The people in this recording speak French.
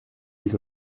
les